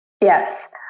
yes